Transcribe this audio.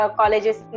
colleges